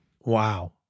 Wow